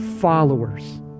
followers